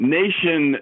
nation